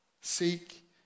Seek